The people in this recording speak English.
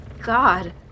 God